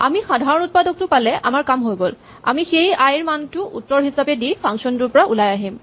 আমি সাধাৰণ উৎপাদকটো পালে আমাৰ কাম হৈ গ'ল আমি সেই আই ৰ মানটো উত্তৰ হিচাপে দি ফাংচন টোৰ পৰা ওলাই আহিম